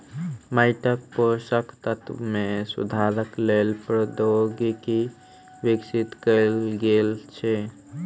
माइटक पोषक तत्व मे सुधारक लेल प्रौद्योगिकी विकसित कयल गेल छै